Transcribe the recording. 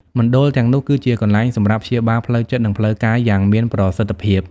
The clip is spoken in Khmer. មណ្ឌលទាំងនោះគឺជាកន្លែងសម្រាប់ព្យាបាលផ្លូវចិត្ត និងផ្លូវកាយយ៉ាងមានប្រសិទ្ធភាព។